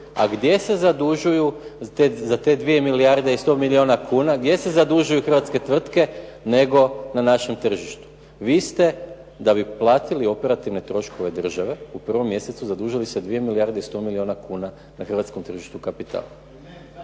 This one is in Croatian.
A gdje se zadužuju za te 2 milijarde i 100 milijuna kuna, gdje se zadužuju hrvatske tvrtke nego na našem tržištu. Vi ste da bi platili operativne troškove države u prvom mjesecu zadužili sa 2 milijarde i 100 milijuna kuna na hrvatskom tržištu kapitala